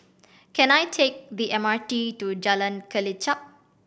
can I take the M R T to Jalan Kelichap